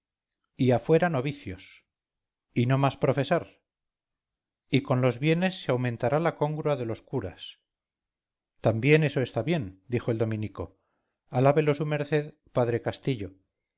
y afuera novicios y no más profesar y con los bienes se aumentará la congrua de los curas también eso está bien dijo el dominico alábelo su merced padre castillo